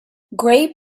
gray